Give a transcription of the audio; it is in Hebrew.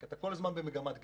כי אתה כל הזמן במגמת גדילה.